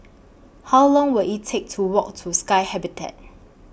How Long Will IT Take to Walk to Sky Habitat